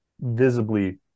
visibly